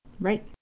Right